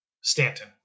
Stanton